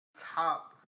top